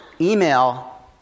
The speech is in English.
email